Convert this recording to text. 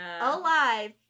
alive